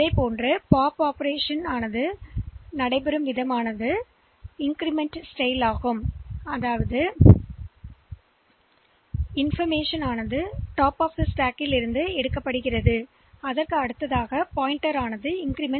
இதேபோல் POP செயல்பாட்டில் stack அதிகரிப்பு பாணியை விட மதிப்பைப் பயன்படுத்தும் அதாவது தகவல்கள் அடுக்கின் மேலிருந்து மீட்டெடுக்கப்படும் பின்னர் சுட்டிக்காட்டி அதிகரிக்கும்